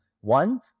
One